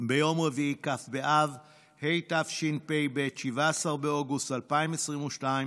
ביום רביעי, כ' באב התשפ"ב, 17 באוגוסט 2022,